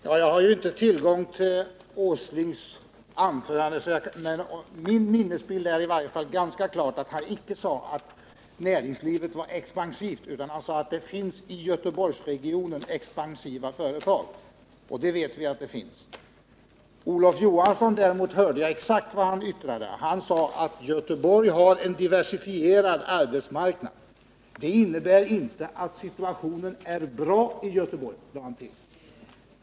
Herr talman! Jag har inte tillgång till Nils Åslings anförande, men min minnesbild är i varje fall ganska klar, att han icke sade att näringslivet var expansivt, utan han sade att det finns i Göteborgsregionen expansiva företag. Och det vet vi att det finns. Däremot hörde jag exakt vad Olof Johansson yttrade. Han sade att Göteborg har en diversifierad arbetsmarknad. ”Det innebär inte att situationen är bra i Göteborg” , lade han till.